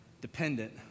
Dependent